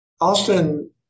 Austin